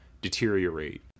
deteriorate